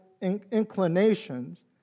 inclinations